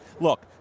look